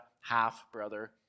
half-brother